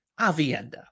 Avienda